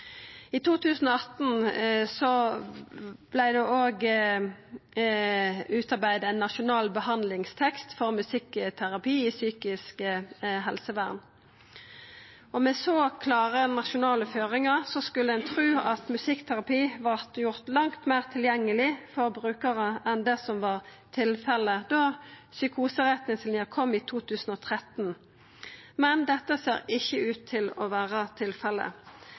I 2018 vart det òg utarbeidd ein nasjonal behandlingstekst for musikkterapi i psykisk helsevern. Med så klare nasjonale føringar skulle ein tru at musikkterapi vart gjord langt meir tilgjengeleg for brukarar enn det som var tilfellet da psykoseretningslinja kom i 2013, men dette ser ikkje ut til å vera